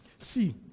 See